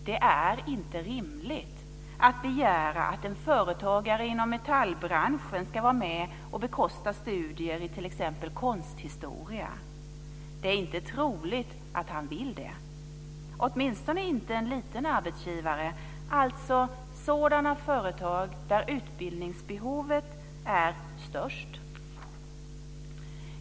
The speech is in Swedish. Det är inte rimligt att begära att en företagare inom metallbranschen ska vara med om att bekosta studier i t.ex. konsthistoria. Det är inte troligt att han vill det. Det gäller åtminstone inte för en liten arbetsgivare, alltså ett företag där utbildningsbehovet är störst.